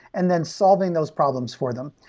and then solving those problems for them.